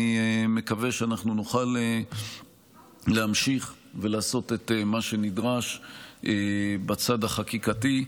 אני מקווה שנוכל להמשיך ולעשות את מה שנדרש בצד החקיקתי.